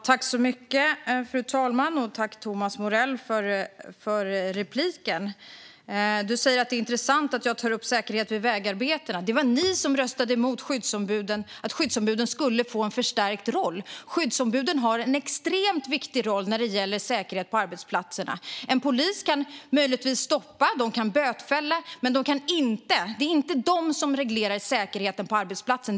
Fru talman! Tack för repliken, Thomas Morell! Du säger att det är intressant att jag tar upp säkerhet vid vägarbetena. Det var ni som röstade emot att skyddsombuden skulle få en förstärkt roll. Skyddsombuden har en extremt viktig roll när det gäller säkerhet på arbetsplatserna! En polis kan möjligtvis stoppa och bötfälla, men det är inte polisen som reglerar säkerheten på arbetsplatsen.